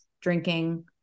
drinking